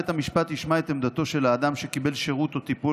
בית המשפט ישמע את עמדתו של האדם שקיבל שירות או טיפול